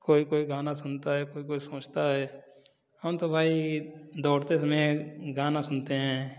कोई कोई गाना सुनता है कोई कोई सोचता है हम तो भाई दौड़ते समय गाना सुनते हैं